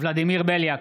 ולדימיר בליאק,